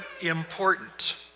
important